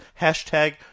Hashtag